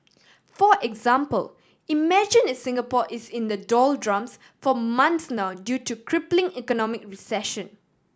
for example imagine if Singapore is in the doldrums for months now due to crippling economic recession